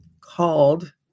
called